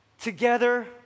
together